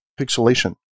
pixelation